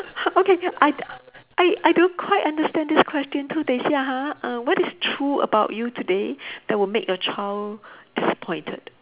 okay I I I I don't quite understand this question too they say !huh! uh what is true about you today that will make your child disappointed